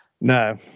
No